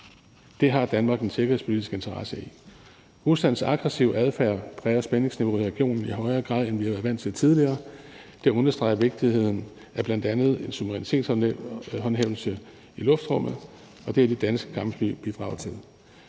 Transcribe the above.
Det har Danmark en sikkerhedspolitisk interesse i. Ruslands aggressive adfærd præger spændingsniveauet i regionen i højere grad, end vi har været vant til tidligere. Det understreger vigtigheden af bl.a. en suverænitetshåndhævelse i luftrummet, og det er det, danske kampfly bidrager til.